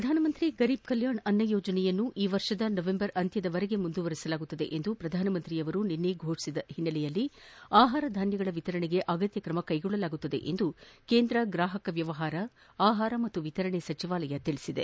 ಪ್ರಧಾನಮಂತ್ರಿ ಗರೀಬ್ ಕಲ್ಯಾಣ್ ಅನ್ನ ಯೋಜನೆಯನ್ನು ಈ ವರ್ಷದ ನವೆಂಬರ್ವರೆಗೆ ಮುಂದುವರಿಸುವುದಾಗಿ ಪ್ರಧಾನ ಮಂತ್ರಿಯವರು ಘೋಷಿಸಿರುವ ಹಿನ್ನೆಲೆಯಲ್ಲಿ ಆಹಾರ ಧಾನ್ಯಗಳ ವಿತರಣೆಗೆ ಅಗತ್ಯ ಕ್ರಮ ಕೈಗೊಳ್ಳಲಾಗುವುದು ಎಂದು ಕೇಂದ್ರ ಗ್ರಾಹಕ ವ್ಯವಹಾರ ಆಹಾರ ಮತ್ತು ವಿತರಣೆ ಸಚಿವಾಲಯ ತಿಳಿಸಿದೆ